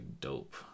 dope